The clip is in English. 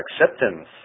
acceptance